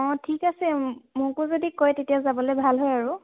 অঁ ঠিক আছে মোকো যদি কয় তেতিয়া যাবলৈ ভাল হয় আৰু